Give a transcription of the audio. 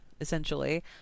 essentially